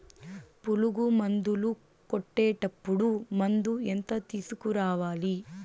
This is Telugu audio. పులుగు మందులు కొట్టేటప్పుడు మందు ఎంత తీసుకురావాలి?